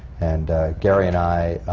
and gary and i